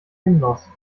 genossen